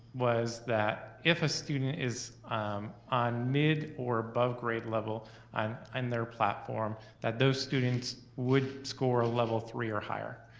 was that, if a student is on mid or above grade level on and their platform, that those students would score a level three or higher.